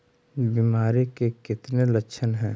बीमारी के कितने लक्षण हैं?